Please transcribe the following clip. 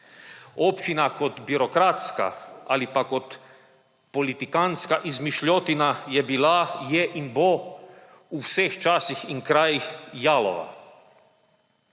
Občina kot birokratska ali pa kot politikantska izmišljotina je bila, je in bo v vseh časih in krajih jalova.